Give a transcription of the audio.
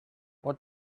what